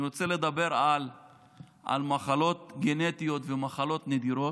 אני רוצה לדבר על מחלות גנטיות ומחלות נדירות,